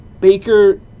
Baker